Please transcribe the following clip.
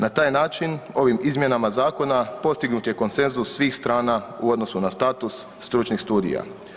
Na taj način ovim izmjenama zakona postignut je konsenzus svih strana u odnosu na status stručnih studija.